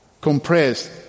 compressed